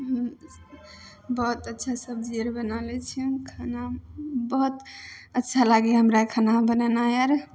बहुत अच्छा सब्जी आर बना लै छिए खाना बहुत अच्छा लागै हइ हमरा खाना बनेनाइ आर